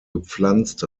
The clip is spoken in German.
gepflanzt